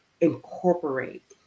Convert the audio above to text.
incorporate